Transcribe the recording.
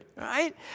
right